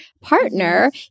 partner